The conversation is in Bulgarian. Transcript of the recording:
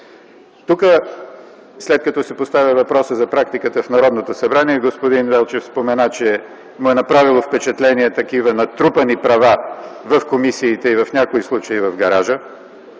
След като се поставя въпросът за практиката в Народното събрание, господин Велчев спомена, че са му направили впечатление такива натрупани права в комисиите и в някои случаи – в гаража.